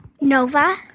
Nova